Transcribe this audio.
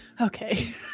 Okay